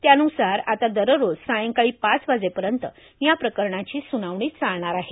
त्यानुसार आता दररोज सायंकाळी पाच वाजेपर्यंत या प्रकरणाची स्नावणी चालणार आहे